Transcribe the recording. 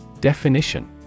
Definition